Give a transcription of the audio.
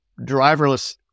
driverless